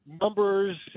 numbers